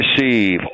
receive